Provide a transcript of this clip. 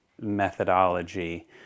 methodology